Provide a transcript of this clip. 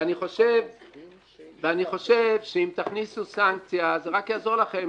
ואני חושב שאם תכניסו סנקציה, זה רק יעזור לכם.